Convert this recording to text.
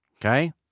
okay